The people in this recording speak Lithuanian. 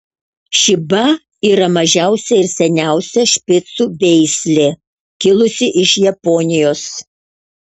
šiba yra mažiausia ir seniausia špicų veislė kilusi iš japonijos